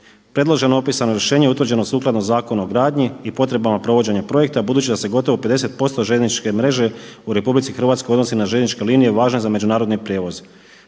Predloženo opisano rješenje utvrđeno sukladno Zakonu o gradnji i potrebama provođenja projekta budući da se gotovo 50% željezničke mreže u RH odnosi na željezničke linije važne za međunarodne prijevoze.